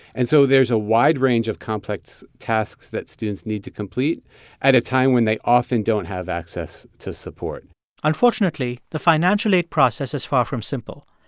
and so there's a wide range of complex tasks that students need to complete at a time when they often don't have access to support unfortunately, the financial-aid process is far from simple.